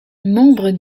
membre